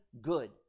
good